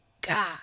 God